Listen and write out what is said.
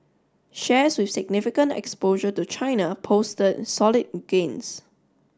shares with significant exposure to China posted solid gains